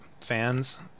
fans